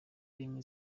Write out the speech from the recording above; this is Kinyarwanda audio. rimwe